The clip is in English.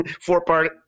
four-part